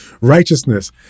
Righteousness